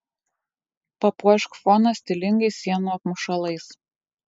papuošk foną stilingais sienų apmušalais